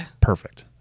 perfect